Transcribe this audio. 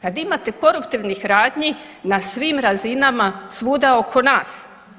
Kad imate koruptivnih radnji na svim razinama svuda oko nas.